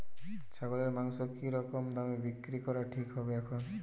ছাগলের মাংস কী রকম দামে বিক্রি করা ঠিক হবে এখন?